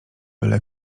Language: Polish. byle